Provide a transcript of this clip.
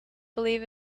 believe